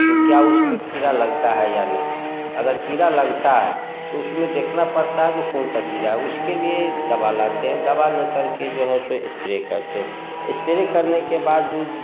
जो क्या उसमें कीड़ा लगता है या नहीं अगर कीड़ा लगता तो उसमें देखना पड़ता है जो कौन सा कीड़ा है उसके लिए दवा लाते हैं दवा लेकर के जो है सो स्प्रे करते स्प्रे करने के बाद जो